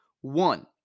One